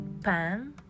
pan